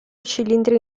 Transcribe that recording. cilindri